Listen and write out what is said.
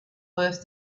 worth